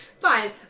Fine